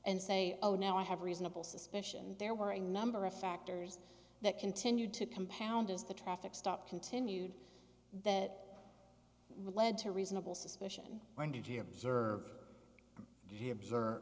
and say oh now i have reasonable suspicion there were a number of factors that continued to compound as the traffic stop continued that would lead to reasonable suspicion when did you observe the observer